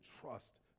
trust